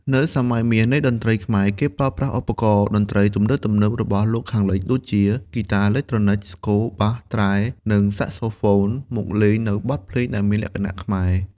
នៅសម័យមាសនៃតន្ត្រីខ្មែរ គេប្រើប្រាស់ឧបករណ៍តន្ត្រីទំនើបៗរបស់លោកខាងលិច ដូចជាហ្គីតាអេឡិចត្រូនិក ស្គរ បាស ត្រែ និងសាក្សូហ្វូន មកលេងនូវបទភ្លេងដែលមានលក្ខណៈខ្មែរ។